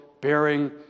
bearing